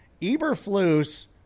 Eberflus